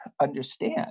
understand